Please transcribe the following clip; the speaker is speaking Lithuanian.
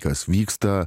kas vyksta